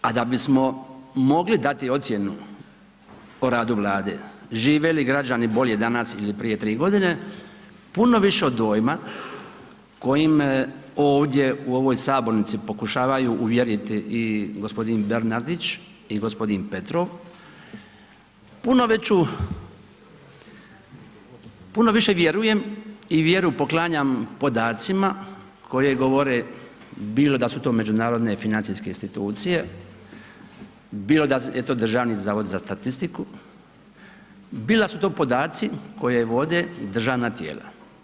A da bismo mogli dati ocjenu o radu Vlade, žive građani bolje danas ili prije 3 godine puno više od dojma kojim ovdje u ovoj sabornici pokušavaju uvjeriti i gospodin Bernardić i gospodin Petrov, puno veću, puno više vjerujem i vjeru poklanjam podacima koji govore, bilo da su to međunarodne financijske institucije, bilo da je to Državni zavod za statistiku, bilo da su to podaci koje vode državna tijela.